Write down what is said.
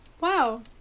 wow